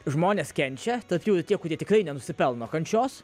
žmonės kenčia tačiau tie kurie tikrai nenusipelno kančios